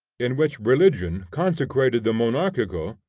in which religion consecrated the monarchical,